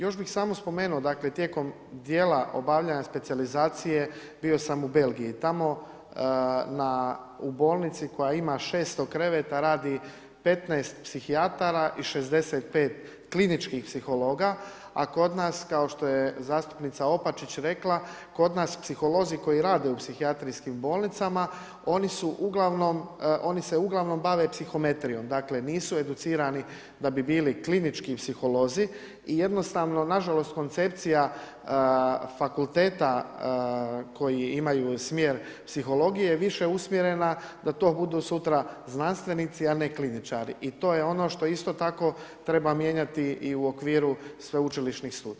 Još bih samo spomenuo dakle tijekom dijela obavljanja specijalizacije bio sam u Belgiji, tamo u bolnici koja ima 600 kreveta radi 15 psihijatara i 65 kliničkih psihologa a kod nas kao što je zastupnica Opačić rekla, kod nas psiholozi koji rade u psihijatrijskim bolnicama, oni se uglavnom bave psihometrijom, dakle, nisu educirani da bi bili klinički psiholozi i jednostavno nažalost koncepcija fakulteta koji imaju smjer psihologije je više usmjerena da to budu sutra znanstvenici a ne kliničari i to je ono što isto tako treba mijenjati i u okviru sveučilišnih studija.